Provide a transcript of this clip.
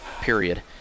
period